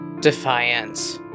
Defiance